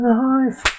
life